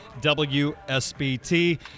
WSBT